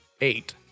Eight